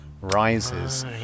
rises